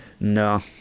No